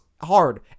hard